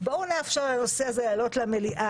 בואו נאפשר לנושא הזה לעלות למליאה.